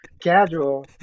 casual